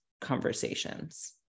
conversations